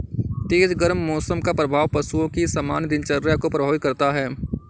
तेज गर्म मौसम का प्रभाव पशुओं की सामान्य दिनचर्या को प्रभावित करता है